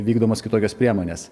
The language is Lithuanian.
vykdomos kitokios priemonės